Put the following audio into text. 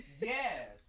Yes